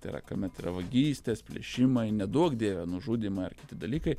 tai yra kamet yra vagystės plėšimai neduok dieve nužudymai ar kiti dalykai